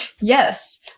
Yes